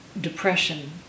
depression